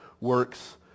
works